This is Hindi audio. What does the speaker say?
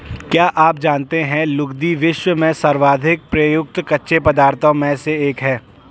क्या आप जानते है लुगदी, विश्व में सर्वाधिक प्रयुक्त कच्चे पदार्थों में से एक है?